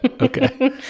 Okay